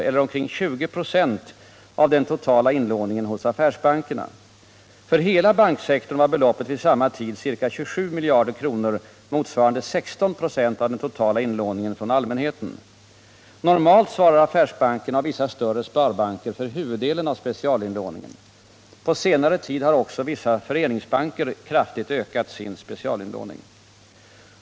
eller omkring 20 96 av den totala inlåningen hos affärsbankerna. För hela banksektorn var beloppet vid samma tid ca 27 miljarder kr., motsvarande 16 96 av den totala inlåningen från allmänheten. Normalt svarar affärsbankerna och vissa större sparbanker för huvuddelen av specialinlåningen. På senare tid har också vissa föreningsbanker kraftigt ökat sin specialinlåning.